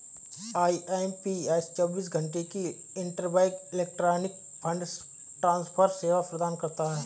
IMPS चौबीस घंटे की इंटरबैंक इलेक्ट्रॉनिक फंड ट्रांसफर सेवा प्रदान करता है